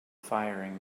firing